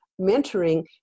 mentoring